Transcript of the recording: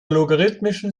logarithmischen